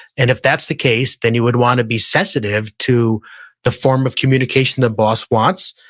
and if that's the case, then you would wanna be sensitive to the form of communication the boss wants.